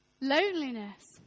Loneliness